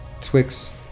Twix